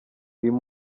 uyu